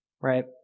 right